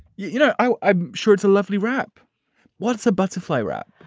you know, i'm sure it's a lovely wrap what's a butterfly wrap?